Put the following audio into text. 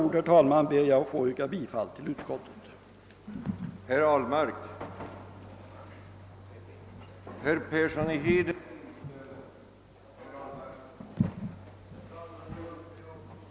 Med det anförda ber jag att få yrka bifall till utskottets hemställan.